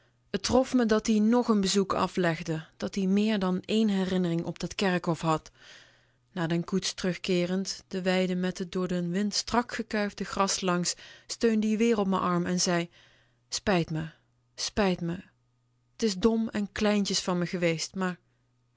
t trof me dat-ie nog n bezoek aflegde dat-ie meer dan één herinnering op dat kerkhof had naar de koets terugkeerend de weiden met t door den wind strakgekuifd gras langs steunde ie weer op m'n arm zei spijt me spijt me t is dom en kleintjes van me geweest maar